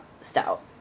stout